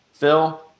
Phil